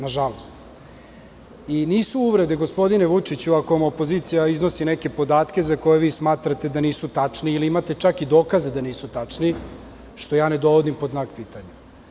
Nisu uvrede, gospodine Vučiću, ako vam opozicija iznosi neke podatke za koje vi smatrate da nisu tačni ili imate čak i dokaze da nisu tačni, što ja ne dovodim pod znak pitanja.